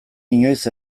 inoiz